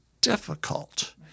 difficult